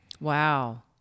Wow